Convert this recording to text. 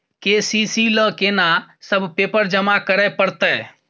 KCC ल केना सब पेपर जमा करै परतै?